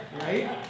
right